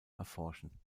erforschen